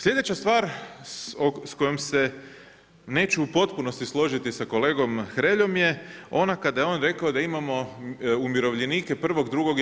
Slijedeća stvar s kojom se neću u potpunosti složiti sa kolegom Hreljom je ona kada je on rekao da imamo umirovljenike I., II. i III.